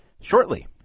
shortly